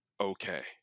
okay